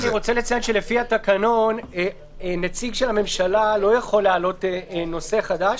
אני רוצה לציין שלפי התקנון נציג של הממשלה לא יכול להעלות נושא חדש,